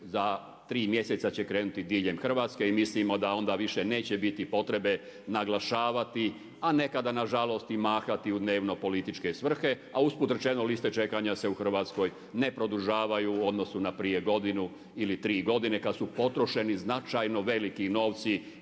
za tri mjeseca će krenuti diljem Hrvatske. I mislimo da onda više neće biti potrebe naglašavati, a nekada na žalost i mahati u dnevno-političke svrhe. A usput rečeno, liste čekanja se u Hrvatskoj ne produžavaju u odnosu na prije godinu ili tri godine kad su potrošeni značajno veliki novci